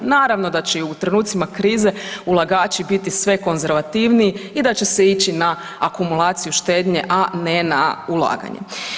Naravno da će i u trenucima krize ulagači biti sve konzervativniji i da će se ići na akumulaciju štednje, a ne na ulaganje.